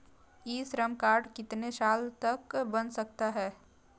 ई Shram card कितने साल तक बन सकता है?